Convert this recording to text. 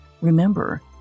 Remember